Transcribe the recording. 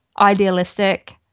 idealistic